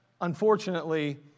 unfortunately